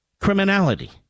criminality